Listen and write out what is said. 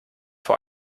vor